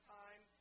time